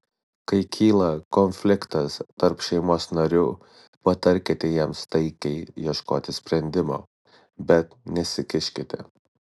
kai kyla konfliktas tarp šeimos narių patarkite jiems taikiai ieškoti sprendimo bet nesikiškite